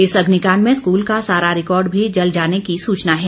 इस अग्निकाण्ड में स्कूल का सारा रिकॉर्ड भी जल जाने की सूचना है